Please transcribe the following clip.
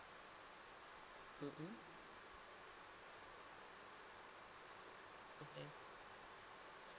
mmhmm ya